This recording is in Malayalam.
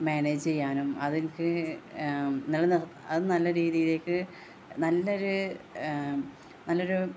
മാനേജ് ചെയ്യാനും അതെനിക്ക് അത് നല്ല രീതിയിലേക്ക് നല്ലൊരു നല്ലൊരു